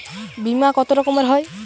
বিমা কত রকমের হয়?